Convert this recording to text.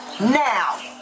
now